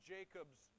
Jacob's